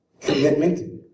commitment